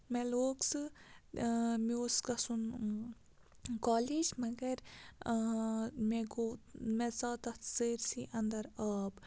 مےٚ لوگ سُہ مےٚ اوس گژھُن کالیج مَگر مےٚ گوٚو مےٚ ژاو تَتھ سٲرۍسٕے اَندَر آب